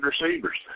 receivers